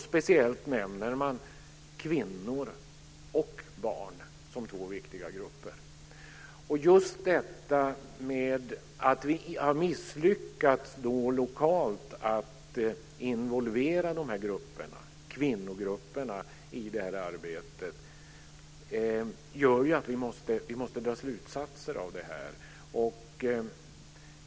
Speciellt nämns kvinnor och barn som två viktiga grupper. Just detta att vi har misslyckats lokalt med att involvera kvinnogrupperna i det här arbetet gör att vi måste dra slutsatser.